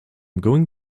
going